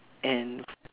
and